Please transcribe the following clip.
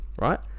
right